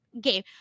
game